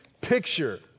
picture